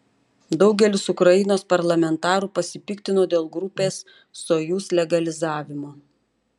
daugelis ukrainos parlamentarų pasipiktino dėl grupės sojuz legalizavimo